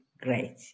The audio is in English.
great